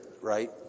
right